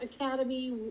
academy